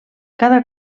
cada